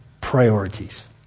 Priorities